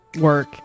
work